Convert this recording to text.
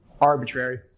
arbitrary